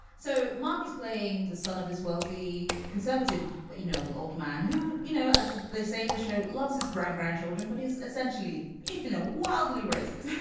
so mark is playing the son of this wealthy conservative, you know, old man who, you know, as they say in the show, loves his brown grandchildren but he's essentially a you know wildly racist.